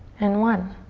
and one.